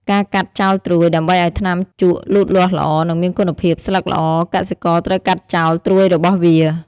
ការកាត់ចោលត្រួយ ដើម្បីឱ្យថ្នាំជក់លូតលាស់ល្អ និងមានគុណភាពស្លឹកល្អ កសិករត្រូវកាត់ចោលត្រួយរបស់វា។